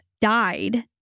died